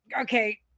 okay